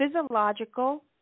physiological